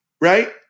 Right